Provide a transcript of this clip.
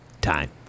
time